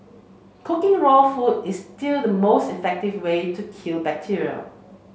cooking raw food is still the most effective way to kill bacteria